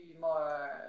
more